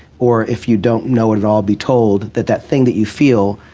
or if you don't know it at all, be told that that thing that you feel